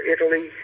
Italy